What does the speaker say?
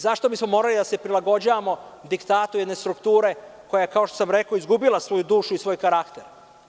Zašto bismo morali da se prilagođavamo diktatu jedne strukture koja je, kao što sam rekao, izgubila svoju dušu i svoj karakter?